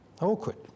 awkward